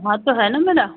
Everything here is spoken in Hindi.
हाँ तो है ना मेरा